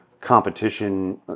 competition